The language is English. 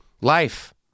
Life